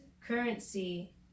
currency